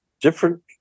different